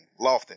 Lofton